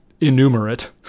enumerate